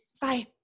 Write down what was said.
Bye